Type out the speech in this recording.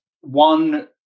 one